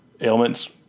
ailments